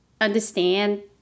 understand